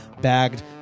bagged